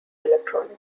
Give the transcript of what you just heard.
electronics